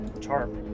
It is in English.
tarp